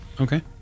Okay